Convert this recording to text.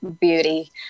beauty